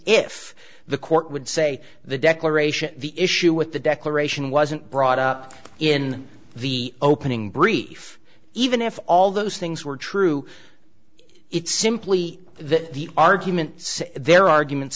if the court would say the declaration the issue with the declaration wasn't brought up in the opening brief even if all those things were true it's simply that the argument their argument